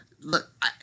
Look